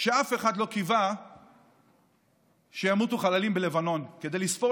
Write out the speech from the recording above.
שאף אחד לא קיווה שימותו חללים בלבנון כדי לספור